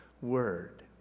word